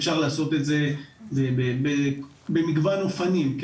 אפשר לעשות את זה במגוון אופנים.